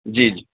جی جی